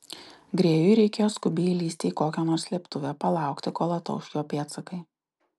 grėjui reikėjo skubiai įlįsti į kokią nors slėptuvę palaukti kol atauš jo pėdsakai